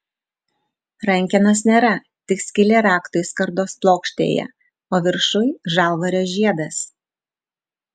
rankenos nėra tik skylė raktui skardos plokštėje o viršuj žalvario žiedas